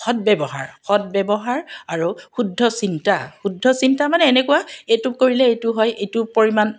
সদব্যৱহাৰ সদব্যৱহাৰ আৰু শুদ্ধ চিন্তা শুদ্ধ চিন্তা মানে এনেকুৱা এইটো কৰিলে এইটো হয় এইটোৰ পৰিমাণ